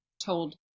told